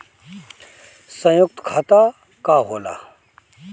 सयुक्त खाता का होला?